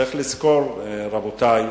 צריך לזכור, רבותי,